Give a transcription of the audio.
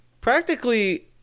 practically